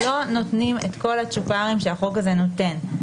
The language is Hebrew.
הערות הוועדה שהוא לא יכול לקבל מסרים בדרך כתובה או בדרך קולית.